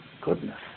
Goodness